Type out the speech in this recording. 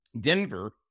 Denver